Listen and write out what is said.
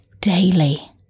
Daily